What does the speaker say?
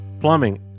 Plumbing